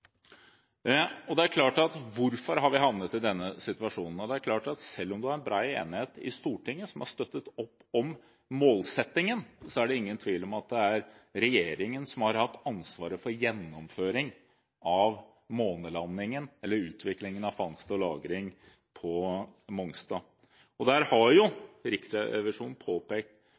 Hvorfor har vi havnet i denne situasjonen? Det er klart at selv om det er bred enighet i Stortinget, som har støttet opp om målsettingen, er det ingen tvil om at det er regjeringen som har hatt ansvaret for gjennomføring av «månelandingen» – utviklingen av fangst og lagring på Mongstad. Riksrevisjonen har påpekt mange feil som er begått, og